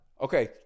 Okay